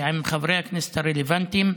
ועם חברי הכנסת הרלוונטיים,